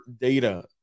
data